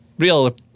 Real